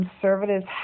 conservatives